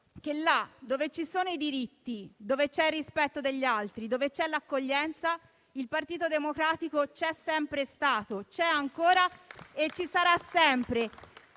che là dove ci sono i diritti, dove c'è il rispetto degli altri e dove c'è l'accoglienza, il Partito Democratico c'è sempre stato, c'è ancora e ci sarà sempre.